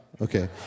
Okay